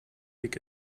take